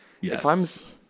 yes